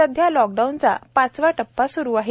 सध्या लॉकडाऊनचा पाचवा टप्पा स्रु आहे